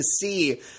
see